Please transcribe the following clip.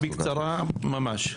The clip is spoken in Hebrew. בקצרה ממש.